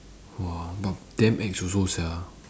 !wah! but damn ex also sia